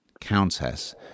countess